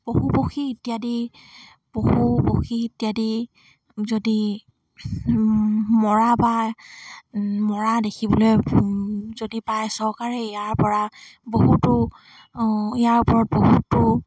পশু পক্ষী ইত্যাদি পশু পক্ষী ইত্যাদি যদি মৰা বা মৰা দেখিবলৈ যদি পায় চৰকাৰে ইয়াৰ পৰা বহুতো ইয়াৰ ওপৰত বহুতো